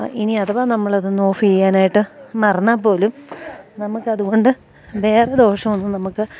ഇനി അഥവാ നമ്മൾ അതൊന്ന് ഓഫ് ചെയ്യാനായിട്ട് മറന്നാൽ പോലും നമുക്ക് അത് കൊണ്ട് വേറെ ദോഷം ഒന്നും നമുക്ക്